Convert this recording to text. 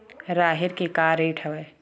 राहेर के का रेट हवय?